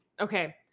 Okay